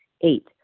Eight